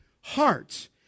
hearts